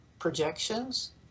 projections